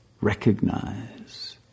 recognize